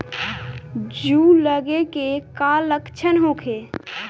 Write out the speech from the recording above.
जूं लगे के का लक्षण का होखे?